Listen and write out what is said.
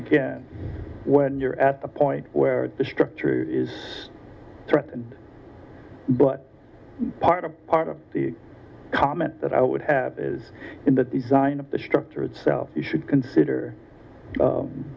again when you're at the point where the structure is threatened but part of the comment that i would have is in the design of the structure itself you should consider